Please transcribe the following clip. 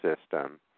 system